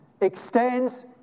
extends